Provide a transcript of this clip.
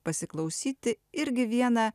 pasiklausyti irgi vieną